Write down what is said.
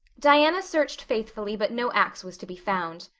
diana searched faithfully but no axe was to be found.